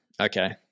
Okay